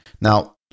now